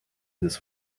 this